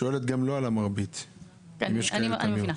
תודה.